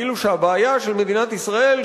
כאילו הבעיה של מדינת ישראל,